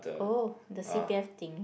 oh the c_p_f thing